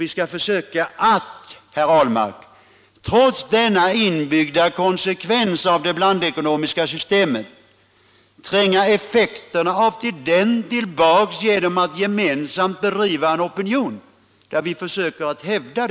Vi skall, herr Ahlmark, försöka tränga tillbaka effekterna av denna inbyggda konsekvens av det blandekonomiska systemet genom att gemensamt driva en opinion för att hävda företagens sociala ansvar.